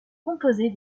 composée